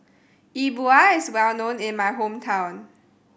E Bua is well known in my hometown